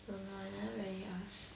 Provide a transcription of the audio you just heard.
don't know I never really ask